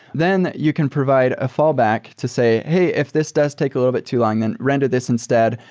then you can provide a fallback to say hey, if this does take a little bit too long, then render this instead.